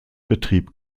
betrieb